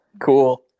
Cool